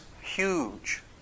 huge